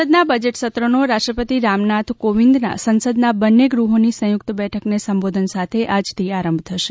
સંસદનાં બજેટસત્રનો રાષ્ટ્રપતિ રામનાથ કોંવિદનાં સંસદનાં બંન્ને ગુહોની સંયુક્ત બેઠકને સંબોધન સાથે આજથી આરંભ થશે